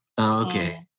Okay